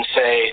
say